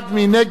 מי נגד?